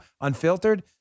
Unfiltered